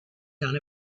done